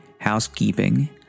housekeeping